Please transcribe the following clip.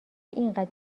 اینقدر